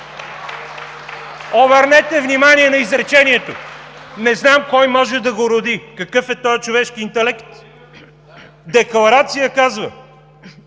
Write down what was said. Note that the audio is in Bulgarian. Обърнете внимание на изречението, не знам кой може да го роди, какъв е този човешки интелект: „Декларация – казва